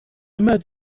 immer